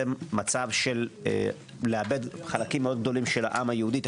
מצב של לאבד חלקים מאוד גדולים של העם היהודי.